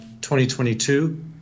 2022